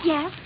Yes